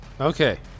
Okay